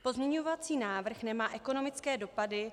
Pozměňovací návrh nemá ekonomické dopady.